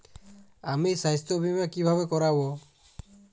আমি স্বাস্থ্য বিমা কিভাবে করাব?